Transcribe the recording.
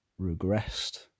regressed